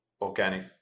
organic